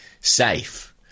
safe